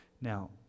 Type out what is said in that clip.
Now